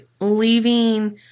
leaving